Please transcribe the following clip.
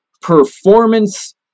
performance